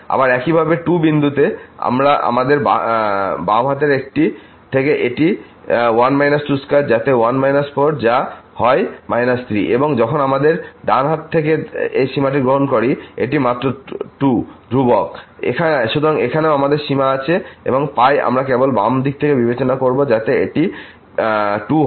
আবার একইভাবে 2 বিন্দুতে আমাদের বাম হাত থেকে এটি 1 22 যাতে এটি 1 4 হয় যা 3 এবং যখন আমরা ডান হাত থেকে এই সীমাটি গ্রহণ করি এটি মাত্র 2 ধ্রুবক সুতরাং এখানেও আমাদের সীমা আছে এবং আমরা কেবল বাম দিক থেকে বিবেচনা করব যাতে এটি 2 হয়